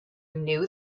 knew